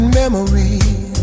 memories